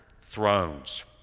thrones